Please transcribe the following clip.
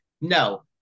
No